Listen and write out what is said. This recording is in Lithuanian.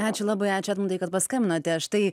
ačiū labai ačiū edmundai kad paskambinote štai